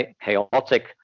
chaotic